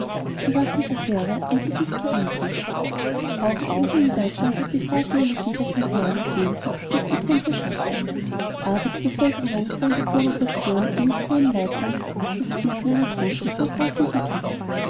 die wackes affäre an sich ist geringfügig auch im übrigen deutschland hat die phraseologie der kaserne wenig mit dem guten ton zu schaffen aber die bevölkerung sah in der provokation eines kleinen leutnants das glied einer großen fortlaufenden kette